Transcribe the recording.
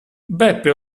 beppe